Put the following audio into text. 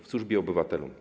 W służbie obywatelom.